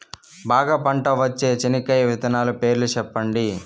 బాగా పంట వచ్చే చెనక్కాయ విత్తనాలు పేర్లు సెప్పండి?